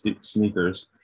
sneakers